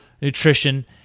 Nutrition